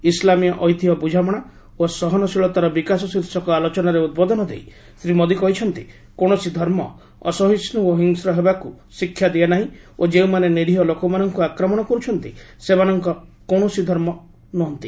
ଇସଲାମିୟ ଐତିହ ବୁଝାମଣା ଓ ସହନଶୀଳତାର ବିକାଶ ଶୀର୍ଷକ ଆଲୋଚନାରେ ଉଦ୍ବୋଧନ ଦେଇ ଶ୍ରୀ ମୋଦି କହିଛନ୍ତି କୌଣସି ଧର୍ମ ଅସହିଷ୍ଟୁ ଓ ହିଂସ୍ର ହେବାକୁ ଶିକ୍ଷା ଦିଏ ନାହିଁ ଓ ଯେଉଁମାନେ ନୀରିହ ଲୋକମାନଙ୍କୁ ଆକ୍ରମଣ କରୁଛନ୍ତି ସେମାନେ କୌଣସି ଧର୍ମର ନୁହଁନ୍ତି